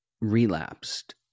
relapsed